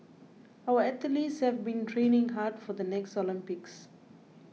our athletes have been training hard for the next Olympics